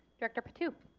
director patu.